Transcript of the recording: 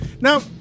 Now